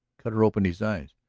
cutter opened his eyes.